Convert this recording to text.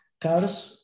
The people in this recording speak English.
cars